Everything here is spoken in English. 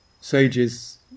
sages